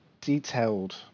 detailed